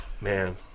man